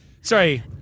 Sorry